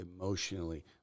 emotionally